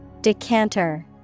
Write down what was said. decanter